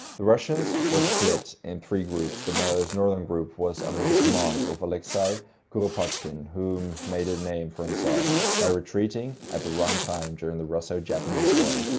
the russians were split in three groups, the most northern group was under the command of aleksey kuropatkin, whom had made a name for himself by retreating at the wrong time during the russo-japanese war.